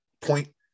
point